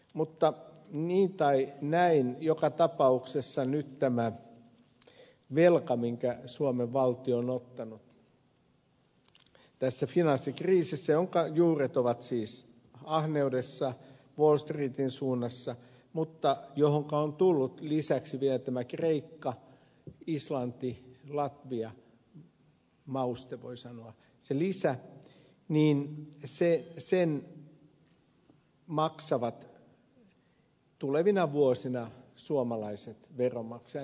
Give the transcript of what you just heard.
mutta niin tai näin joka tapauksessa nyt tämän velan minkä suomen valtio on ottanut tässä finanssikriisissä jonka juuret ovat siis ahneudessa wall streetin suunnassa mutta johonka on tullut lisäksi vielä tämä kreikka islanti latvia mauste voi sanoa se lisä sen maksavat tulevina vuosina suomalaiset veronmaksajat